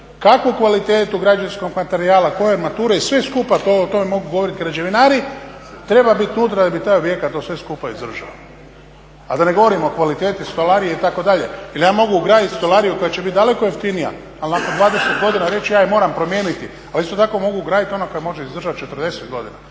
kakvu kvalitetu građevinskog materijala, koje … i sve skupa, o tome mogu govorit građevinari, treba bit unutra da bi taj objekt to sve skupa izdržao. A da ne govorim o kvaliteti stolarije itd., jer ja mogu ugradit stolariju koja će bit daleko jeftinija, ali nakon 20 godina reći ja je moram promijeniti. Ali isto tako mogu ugraditi onu koja može izdržati 40 godina.